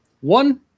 one